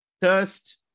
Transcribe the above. thirst